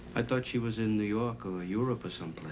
i thought she was in new york or europe or